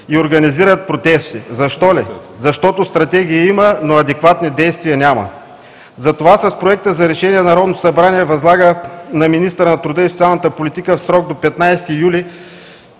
и организират протести. Защо ли? Защото Стратегия има, но адекватни действия няма. Затова с Проекта за решение Народното събрание възлага на министъра на труда и социалната политика в срок до 15 юли